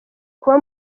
kuba